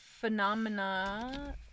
phenomena